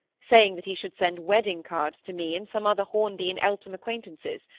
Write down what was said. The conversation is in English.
saying that he should send wedding-cards to me and some other hornby and eltham acquaintances,